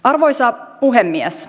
arvoisa puhemies